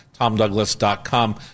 TomDouglas.com